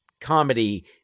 comedy